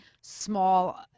small